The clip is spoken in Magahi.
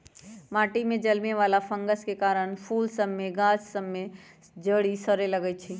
माटि में जलमे वला फंगस के कारन फूल सभ के गाछ सभ में जरी सरे लगइ छै